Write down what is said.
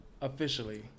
officially